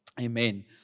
Amen